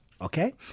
Okay